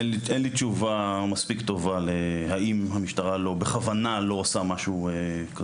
אין לי תשובה מספיק טובה לשאלה האם המשטרה בכוונה לא עושה משהו כזה.